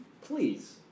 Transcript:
Please